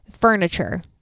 furniture